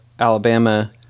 Alabama